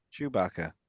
Chewbacca